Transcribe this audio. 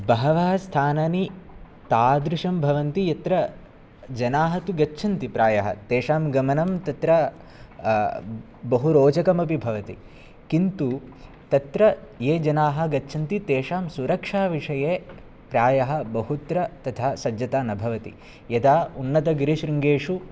बहवः स्थानानि तादृशं भवन्ति यत्र जनाः तु गच्छन्ति प्रायः तेषां गमनं तत्र बहु रोचकमपि भवति किन्तु तत्र ये जनाः गच्छन्ति तेषां सुरक्षा विषये प्रायः बहुत्र तथा सज्जता न भवति यदा उन्नतगिरिशृङ्गेषु